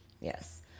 Yes